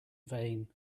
vain